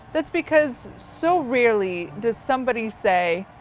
that's because so rarely does somebody say,